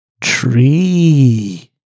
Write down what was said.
tree